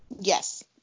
yes